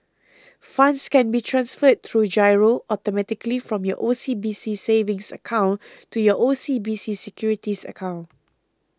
funds can be transferred through giro automatically from your O C B C savings account to your O C B C securities account